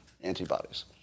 antibodies